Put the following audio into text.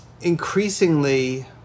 increasingly